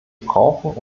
brauchen